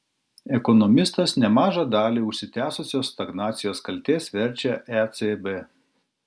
ekonomistas nemažą dalį užsitęsusios stagnacijos kaltės verčia ecb